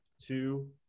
two